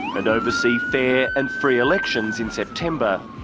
and oversee fair and free elections in september.